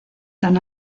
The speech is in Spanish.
tan